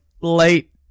late